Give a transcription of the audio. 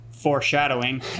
foreshadowing